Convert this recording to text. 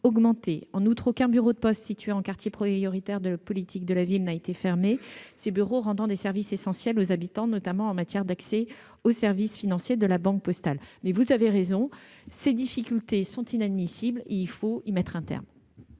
En outre, aucun bureau de poste situé en quartier prioritaire de la politique de la ville n'a été fermé, ces bureaux rendant des services essentiels aux habitants, notamment en matière d'accès aux services financiers de La Banque Postale. Mais vous avez raison, madame la sénatrice : ces difficultés sont inadmissibles et il faut y mettre un terme.